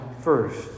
first